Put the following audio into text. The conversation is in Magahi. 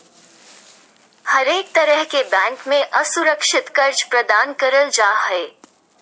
हरेक तरह के बैंक मे असुरक्षित कर्ज प्रदान करल जा हय